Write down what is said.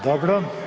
Dobro.